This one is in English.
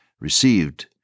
received